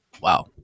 Wow